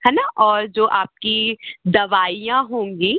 है ना और जो आपकी दवाइयाँ होंगी